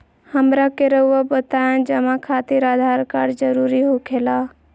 हमरा के रहुआ बताएं जमा खातिर आधार कार्ड जरूरी हो खेला?